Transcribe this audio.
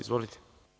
Izvolite.